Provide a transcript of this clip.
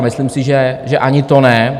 Myslím si, že ani to ne.